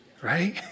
right